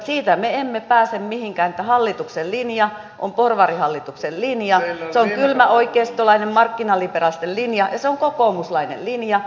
siitä me emme pääse mihinkään että hallituksen linja on porvarihallituksen linja se on kylmä oikeistolainen markkinaliberalistinen linja ja se on kokoomuslainen linja